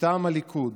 מטעם הליכוד,